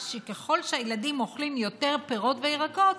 201 ו-205.